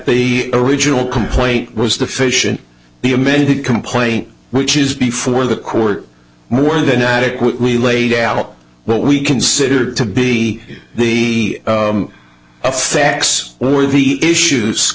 the original complaint was the fish and the amended complaint which is before the court more than adequately laid out what we considered to be the a facts were the issues